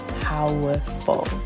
powerful